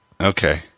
Okay